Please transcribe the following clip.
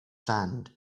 sand